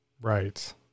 Right